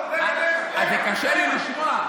קשה לי לשמוע.